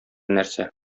нәрсә